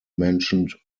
mentioned